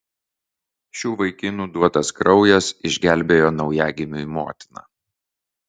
šių vaikinų duotas kraujas išgelbėjo naujagimiui motiną